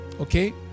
Okay